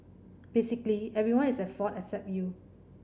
basically everyone is at fault except you